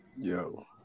Yo